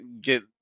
get